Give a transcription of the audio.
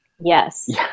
Yes